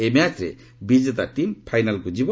ଏହି ମ୍ୟାଚ୍ରେ ବିଜେତା ଟିମ୍ ଫାଇନାଲ୍କୁ ଯିବ